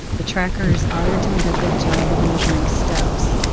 the trackers are doing a good job of measuring steps,